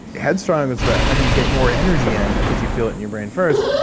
headstrong is about how do you get more energy in because you feel it in your brain first,